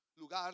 lugar